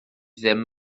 ddim